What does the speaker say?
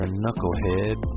knucklehead